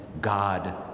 God